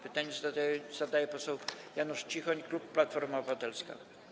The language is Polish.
Pytanie zadaje poseł Janusz Cichoń, klub Platforma Obywatelska.